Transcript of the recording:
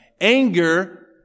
Anger